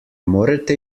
morete